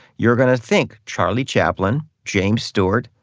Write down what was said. you're going to think charlie chaplin, james steward,